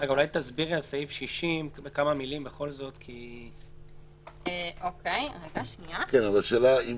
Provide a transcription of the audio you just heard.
אולי תסבירי לגבי סעיף 60. השאלה אם